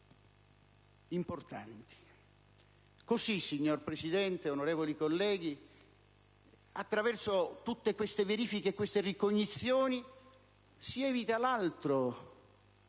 importanti. Così, signor Presidente, onorevoli colleghi, attraverso tutte queste verifiche e queste ricognizioni, si evita l'altro